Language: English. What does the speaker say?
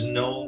no